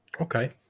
okay